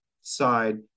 side